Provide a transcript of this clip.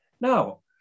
Now